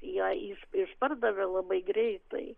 ją iš išpardavė labai greitai